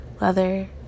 leather